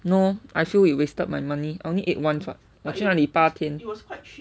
no I feel you wasted my money I only ate once what 我去那里八天